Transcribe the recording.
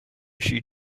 she